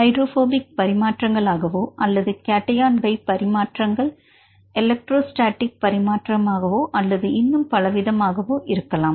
hydrophobic பரிமாற்றங்கள் ஆகவோ அல்லது கேட்டையான் பை பரிமாற்றங்கள் எலக்ட்ரோ ஸ்டேட்டிக் பரிமாற்றமாகவோ அல்லது இன்னும் பலவிதமாகவோ இருக்கலாம்